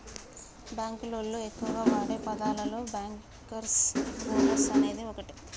బాంకులోళ్లు ఎక్కువగా వాడే పదాలలో బ్యాంకర్స్ బోనస్ అనేది ఓటి